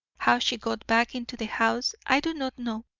how she got back into the house i do not know.